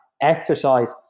Exercise